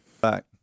back